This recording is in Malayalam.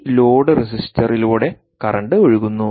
ഈ ലോഡ് റെസിസ്റ്ററിലൂടെ കറന്റ് ഒഴുകുന്നു